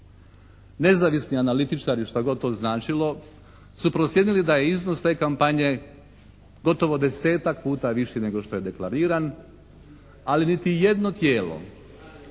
Nezavisni analitičari, šta god to značilo, su procijenili da je iznos te kampanje gotovo 10-tak puta viši nego što je deklariran, ali niti jedno tijelo